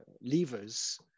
levers